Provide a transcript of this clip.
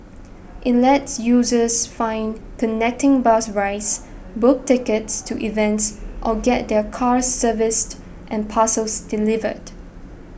it lets users find connecting bus rides book tickets to events or get their cars serviced and parcels delivered